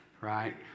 right